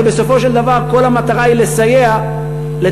הרי בסופו של דבר כל המטרה היא לסייע אם יש,